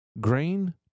grain